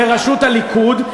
בראשות הליכוד,